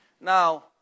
Now